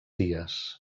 dies